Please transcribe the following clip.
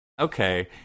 Okay